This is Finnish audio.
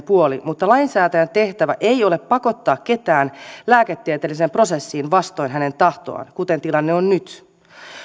puoli mutta lainsäätäjän tehtävä ei ole pakottaa ketään lääketieteelliseen prosessiin vastoin hänen tahtoaan kuten tilanne on nyt